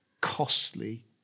costly